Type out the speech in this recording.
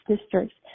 districts